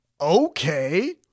okay